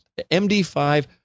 MD5